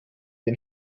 den